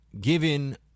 given